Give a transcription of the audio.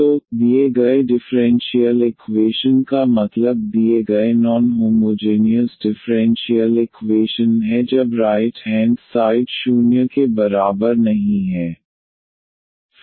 तो दिए गए डिफ़्रेंशियल इकवेशन का मतलब दिए गए नॉन होमोजेनियस डिफ़्रेंशियल इकवेशन है जब राइट हेंड साइड 0 के बराबर नहीं है